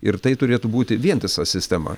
ir tai turėtų būti vientisa sistema